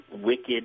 wicked